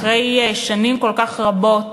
אחרי שנים כל כך רבות